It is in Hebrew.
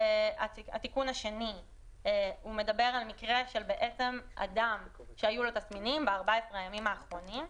התיקון השני מדבר על מקרה של אדם שהיו לו תסמינים ב-14 הימים האחרונים,